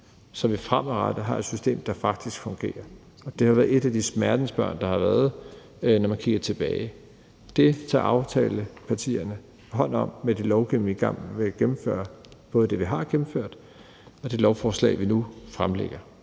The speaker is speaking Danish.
så vi fremadrettet har et system, der faktisk fungerer. Det har været et af de smertensbørn, der har været, når man kigger tilbage. Det tager aftalepartierne hånd om med den lovgivning, vi er i gang med at gennemføre, både den, vi har gennemført, og det lovforslag, vi nu fremlægger.